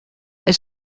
est